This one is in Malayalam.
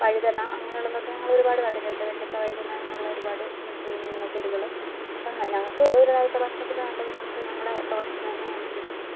വഴുതന അങ്ങനെയുള്ളത് ഒക്കെ നമ്മൾ ഒരുപാട് നട്ടിട്ടുണ്ട് വെണ്ടയ്ക്ക വഴുതനങ്ങകൾ ഒരുപാട് പിന്നെ ചെടികള് അപ്പം ഞങ്ങൾക്ക് ഒരു നേരത്തെ ഭക്ഷണത്തിന് വേണ്ടത് നമുക്ക് നമ്മുടെ തോട്ടത്തിൽ തന്നെ ഞങ്ങൾക്ക് കിട്ടുന്നുണ്ട്